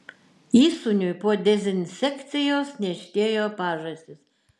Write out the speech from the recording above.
įsūniui po dezinsekcijos niežtėjo pažastys